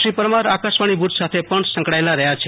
શ્રી પરમાર આકાશવાણી ભુજ સાથે પણ સંકળાયેલા રહ્યા છે